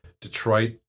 Detroit